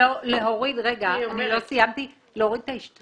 להוריד את ההשתתפות